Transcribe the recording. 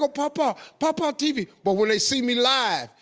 ah papa, papa on tv. but when they see me live,